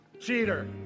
cheater